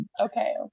okay